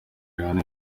rihanna